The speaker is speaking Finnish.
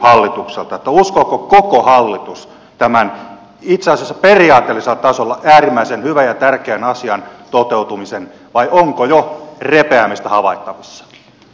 uskooko koko hallitus tämän itse asiassa periaatteellisella tasolla äärimmäisen hyvän ja tärkeän asian toteutumiseen vai onko jo repeämistä havaittavissa